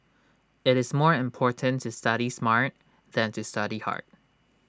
IT is more important to study smart than to study hard